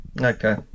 Okay